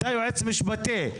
אתה יועץ משפטי.